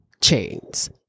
chains